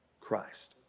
Christ